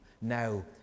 now